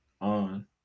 on